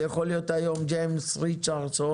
זה יכול להיות היום ג'יימס ריצ'רדסון,